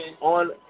on